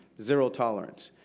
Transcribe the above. zero tolerance.